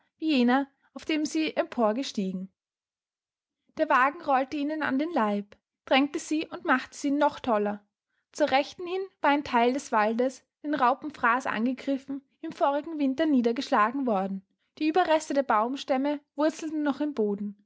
jener auf dem sie emporgestiegen der wagen rollte ihnen an den leib drängte sie und machte sie noch toller zur rechten hin war ein theil des waldes den raupenfraß angegriffen im vorigen winter niedergeschlagen worden die ueberreste der baumstämme wurzelten noch im boden